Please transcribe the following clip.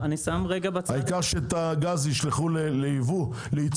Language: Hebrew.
העיקר שאת הגז ישלחו לייצוא.